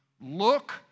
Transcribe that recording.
look